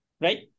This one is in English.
right